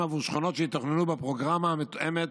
עבור שכונות שיתוכננו בפרוגרמה המותאמת